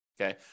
Okay